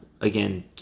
again